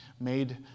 made